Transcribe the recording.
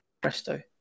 presto